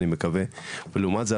אני מקווה ולעומת זאת,